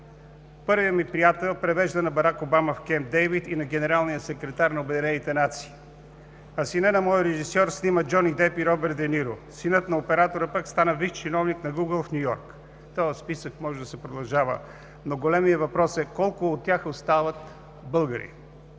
Първият ми приятел превежда на Барак Обама в Кемпс Дейвид и на Генералния секретар на Обединените нации. А синът на моя режисьор снима Джони Дип и Робърт Де Ниво. Синът на оператора пък стана висш чиновник на „Гугъл“ в Ню Йорк. Този списък може да се продължава, но големият въпрос е колко от тях остават българи?